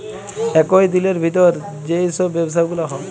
একই দিলের ভিতর যেই সব ব্যবসা গুলা হউ